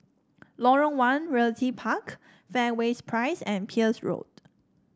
Lorong One Realty Park Fairways Drive and Peirce Road